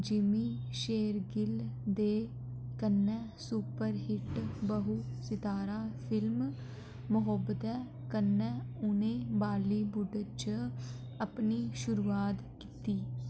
जिमी शेरगिल दे कन्नै सुपरहिट बहु सतारा फिल्म मोहब्बतें कन्नै उ'नें बालीवुड च अपनी शुरुआत कीती